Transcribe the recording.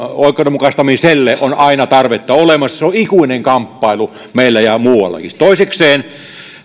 oikeudenmukaistamiselle on aina tarvetta olemassa se on ikuinen kamppailu meillä ja muuallakin toisekseen